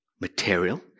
material